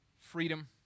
freedom